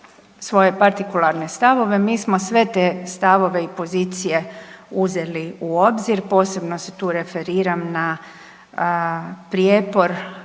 svoje partikularne stavove. Mi smo sve te stavove i pozicije uzeli u obzir, posebno se tu referiram na prijepor